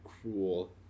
cruel